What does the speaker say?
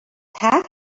pat